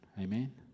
Amen